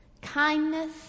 Kindness